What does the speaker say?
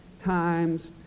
times